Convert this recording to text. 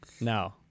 No